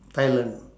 thailand